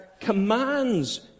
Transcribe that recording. commands